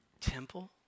temple